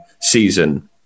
season